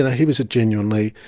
and he was a genuinely,